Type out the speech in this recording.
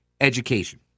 education